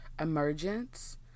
Emergence